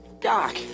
doc